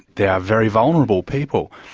they are very vulnerable people.